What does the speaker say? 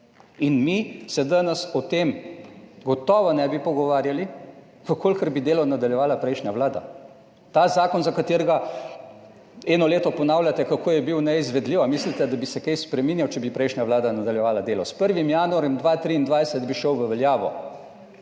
In mi se danes o tem gotovo ne bi pogovarjali, v kolikor bi delo nadaljevala prejšnja vlada. Ta zakon, za katerega eno leto ponavljate, kako je bil neizvedljiv. Mislite, da bi se kaj spreminjal, če bi prejšnja vlada nadaljevala delo? S 1. januarjem 2023 bi šel v veljavo,